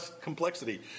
complexity